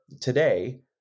today